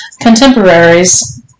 contemporaries